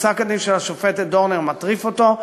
פסק-הדין של השופטת דורנר מטריף אותו,